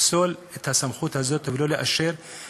לפסול את הסמכות הזאת ולא לאשר את ההעברה.